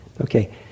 Okay